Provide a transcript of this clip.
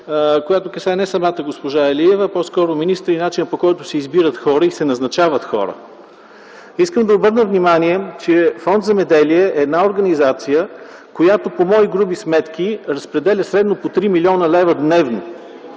която касае не само самата госпожа Илиева, а по-скоро начинът, по който се избират и се назначават хора. Искам да обърна внимание, че Фонд „Земеделие” е една организация, която, по мои груби сметка, разпределя средно по 3 млн. лв. дневно.